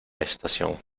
estación